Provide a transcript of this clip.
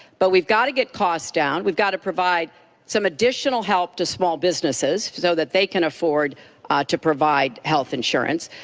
but we've got to get costs down, we've got to provide some additional help to small businesses so that they can afford to provide health insurance.